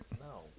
No